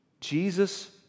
Jesus